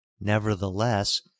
Nevertheless